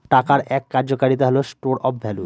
টাকার এক কার্যকারিতা হল স্টোর অফ ভ্যালু